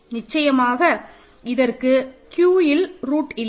நிச்சயமாக இதற்கு Qஇல் ரூட் இல்லை